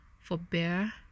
forbear